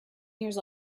years